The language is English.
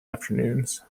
afternoons